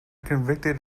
convicted